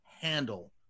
handle